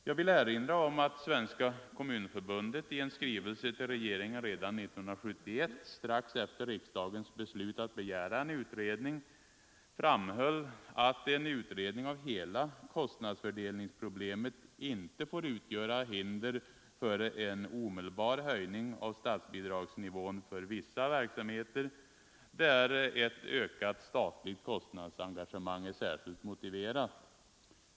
Jag vill erinra om att Svenska kommunförbundet i en skrivelse till regeringen redan 1971, strax efter riksdagens beslut att begära en utredning, framhöll att en utredning av hela kostnadsfördelningsproblemet inte får utgöra hinder för en omedelbar höjning av statsbidragsnivån för vissa verksamheter, där ett ökat statligt kostnadsengagemang är särskilt motiverat.